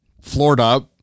Florida